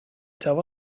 tell